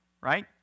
Right